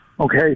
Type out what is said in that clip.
Okay